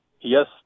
yes